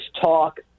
talk